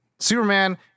Superman